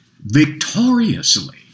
victoriously